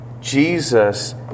Jesus